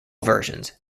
versions